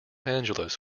angeles